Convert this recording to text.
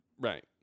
Right